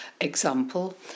example